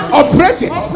operating